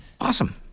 Awesome